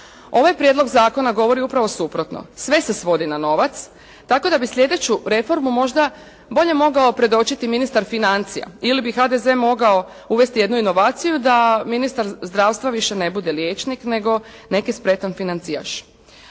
Ovaj prijedlog zakona govori upravo suprotno, sve se svodi na novac, tako da bi sljedeću reformu možda bolje mogao predočiti ministar financija ili bi HDZ mogao uvesti jednu inovaciju da ministar zdravstva više ne bude liječnik nego neki spretan financijaš.